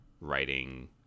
writing